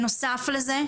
בנוסף לזה,